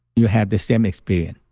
you have the same experience.